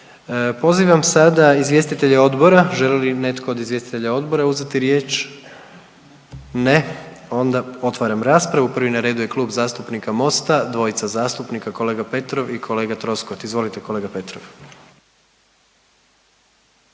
Pozivam sada izvjestitelje odbora, želi li netko od izvjestitelja odbora uzeti riječ? Ne onda otvaram raspravu. Prvi na redu je Klub zastupnika Mosta, dvojica zastupnika kolega Petrov i kolega Troskot. Izvolite kolega Petrov.